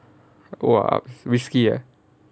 !whoa! whiskey ah